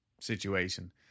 situation